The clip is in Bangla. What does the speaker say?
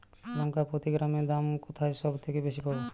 লঙ্কা প্রতি কিলোগ্রামে দাম কোথায় সব থেকে বেশি পাব?